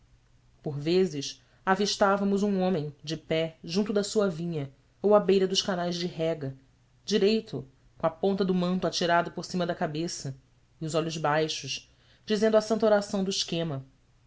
por vezes avistávamos um homem de pé junto da sua vinha ou à beira dos canais de rega direito com a ponta do manto atirada por cima da cabeça e os olhos baixos dizendo a santa oração do esquema